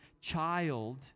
child